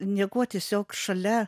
niekuo tiesiog šalia